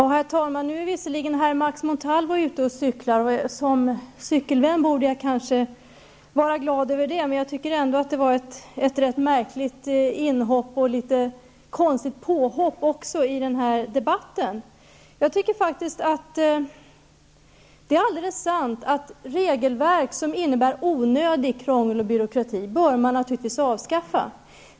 Herr talman! Nu är visserligen herr Max Montalvo ute och cyklar, och som cykelvän borde jag kanske vara glad över det. Men jag tycker ändå att hans inhopp och påhopp i denna debatt var ganska märkligt. Det är alldeles sant att regelverk som innebär onödigt krångel och onödig byråkrati bör avskaffas.